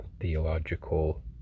theological